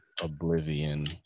Oblivion